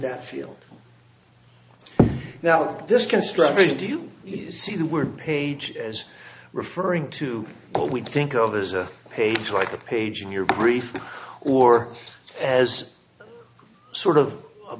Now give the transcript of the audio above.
that field now this constructors do you see the word page as referring to what we think of as a page like a page in your brief or as sort of a